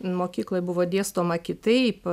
mokykloj buvo dėstoma kitaip